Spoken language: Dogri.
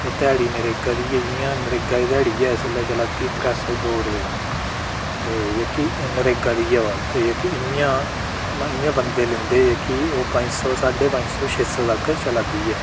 ध्याड़ी नरेगा दी ऐ इयां नरेगा दी ध्याड़ी चला दी त्रै सौ दौ रूपेआ ते जेह्की नरेगा दी ते इयां बंदे लैंदे ओह् पंज साञे पंज सौ छे सौ तक चला दी ऐ